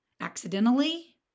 accidentally